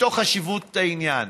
בשל חשיבות העניין.